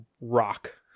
rock